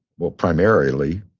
well, primarily,